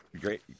Great